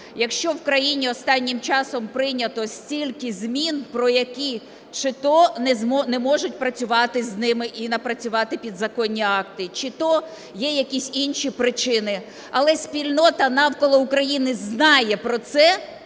якщо в країні останнім часом прийнято стільки змін, про які чи то не можуть працювати з ними і напрацювати підзаконні акти, чи то є якісь інші причини, але спільнота навколо України знає про це